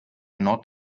nord